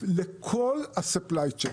לכל ההיצע.